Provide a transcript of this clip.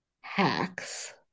hacks